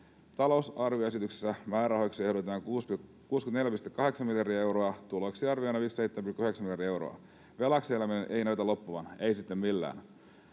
Talousarvioesityksessä määrärahoiksi ehdotetaan 64,8 miljardia euroa, tuloiksi arvioidaan 57,9 miljardia euroa. Velaksi eläminen ei näytä loppuvan, ei sitten millään.